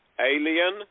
Alien